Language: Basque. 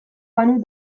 banu